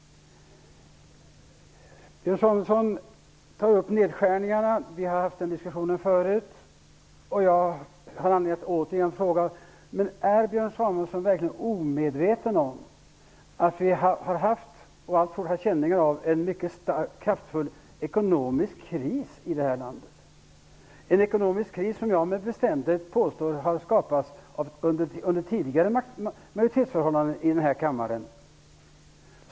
Björn Samuelson tar upp frågan om nedskärningarna. Vi har haft den diskussionen förut. Jag har anledning att återigen fråga: Är Björn Samuelson verkligen omedveten om att vi har haft, och alltfort har känning av, en mycket kraftfull ekonomisk kris i det här landet? Det är en ekonomisk kris som jag med bestämdhet vill påstå har skapats under tidigare majoritetsförhållanden i den här kammaren.